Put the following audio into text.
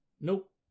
nope